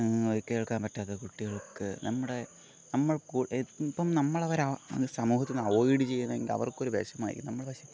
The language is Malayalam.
കേൾക്കാൻപറ്റാത്ത കുട്ടികൾക്ക് നമ്മുടെ നമ്മൾ ഇപ്പം നമ്മൾ അവരെ സമൂഹത്തിൽ നിന്ന് അവോയ്ഡ് ചെയ്യന്നതെങ്കിൽ അവർക്ക് ഒരു വിഷമമായിരിക്കും നമ്മൾ പക്ഷെ